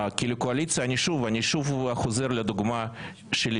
כי לקואליציה אני שוב חוזר לדוגמה שלי,